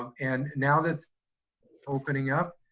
and now that's opening up,